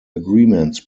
agreements